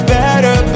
better